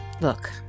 Look